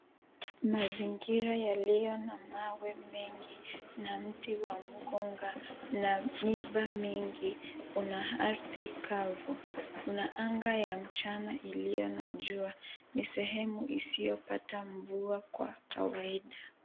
Mazingira yaliyo na mawe mengi na mti wa mkonga na miiba mingi una ardhi kavu, una anga ya mchana ya jua. Ni sehemu isiyopata mvua kwa kawaida.